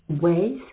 ways